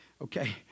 Okay